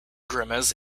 grimes